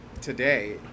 today